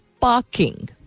parking